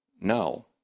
no